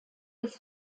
des